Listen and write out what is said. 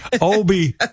Obi